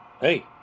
hey